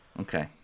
Okay